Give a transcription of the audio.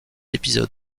épisodes